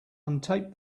untaped